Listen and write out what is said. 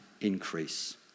increase